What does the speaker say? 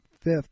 fifth